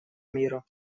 мира